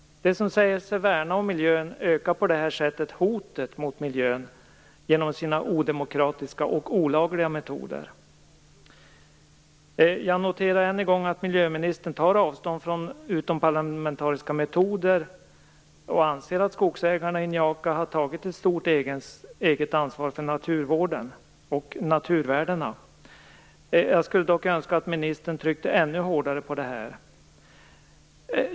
De som säger sig värna om miljön ökar hotet mot miljön genom sina odemokratiska och olagliga metoder. Jag noterar än en gång att miljöministern tar avstånd från utomparlamentariska metoder och att hon anser att skogsägarna i Njaka har tagit ett stort, eget ansvar för naturvården och naturvärdena. Jag skulle dock önska att ministern tryckte ännu hårdare på detta.